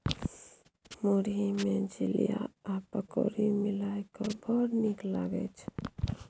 मुरही मे झिलिया आ पकौड़ी मिलाकए बड़ नीक लागय छै